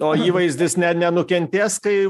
o įvaizdis ne nenukentės kai